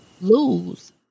lose